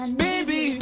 baby